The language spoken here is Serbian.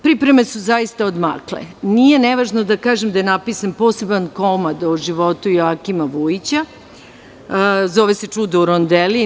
Pripreme su zaista odmakle, nije nevažno da kažem da je napisan poseban komad o životu Joakima Vujića, zove se "Čudo u Rondeli"